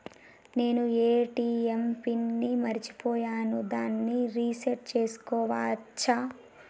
నేను ATM pin ని మరచిపోయాను దాన్ని రీ సెట్ చేసుకోవచ్చా?